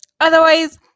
Otherwise